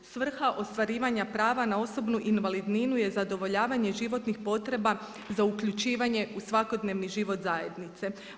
Svrha ostvarivanja prava na osobnu invalidninu je zadovoljavanje životnih potreba za uključivanje u svakodnevni život zajednice.